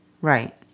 Right